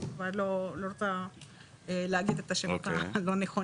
אני לא רוצה להגיד את השמות המכונים,